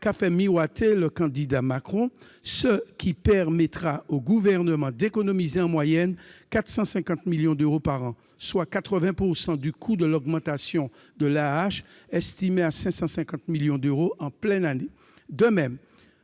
qu'a fait miroiter le candidat Macron, ce qui permettra au Gouvernement d'économiser en moyenne 450 millions d'euros par an, soit 80 % du coût de l'augmentation de l'AAH, estimée à 550 millions d'euros en année pleine. De même,